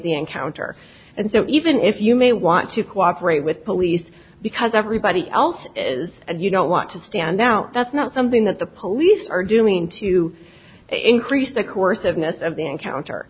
the encounter and so even if you may want to cooperate with police because everybody else is and you don't want to stand out that's not something that the police are doing to increase the course of